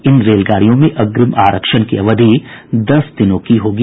इन रेलगाड़ियों में अग्रिम आरक्षण की अवधि दस दिनों की होगी